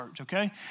okay